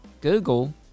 Google